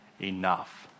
enough